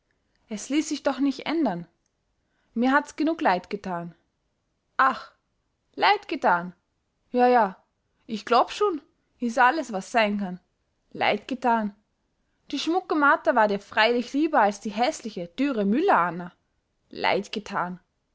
es ließ sich doch nich ändern mir hat's genug leid getan ach leid getan ja ja ich glob's schun is alles was sein kann leid getan die schmucke martha war dir freilich lieber als die häßliche dürre müller anna leid getan